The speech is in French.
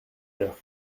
l’heure